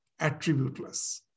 attributeless